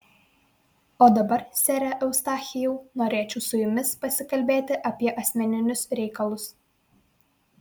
o dabar sere eustachijau norėčiau su jumis pasikalbėti apie asmeninius reikalus